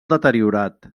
deteriorat